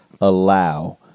allow